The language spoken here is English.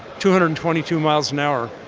two hundred and twenty two miles an hour.